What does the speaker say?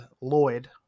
Lloyd